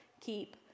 keep